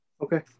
okay